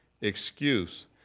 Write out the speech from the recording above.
excuse